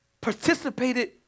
participated